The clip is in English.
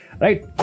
right